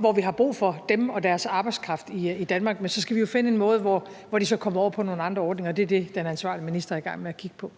hvor vi har brug for dem og deres arbejdskraft i Danmark. Men så skal vi jo finde en måde, hvor de så kommer over på nogle andre ordninger, og det er det, den ansvarlige minister er i gang med at kigge på.